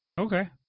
Okay